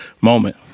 moment